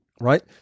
right